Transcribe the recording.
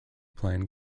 plan